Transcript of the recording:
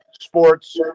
sports